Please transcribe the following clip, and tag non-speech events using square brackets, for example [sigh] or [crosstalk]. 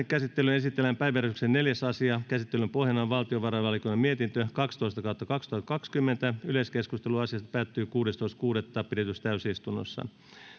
[unintelligible] käsittelyyn esitellään päiväjärjestyksen neljäs asia käsittelyn pohjana on valtiovarainvaliokunnan mietintö kaksitoista yleiskeskustelu asiasta päättyi kuudestoista kuudetta kaksituhattakaksikymmentä pidetyssä täysistunnossa